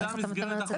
זו המסגרת.